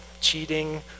cheating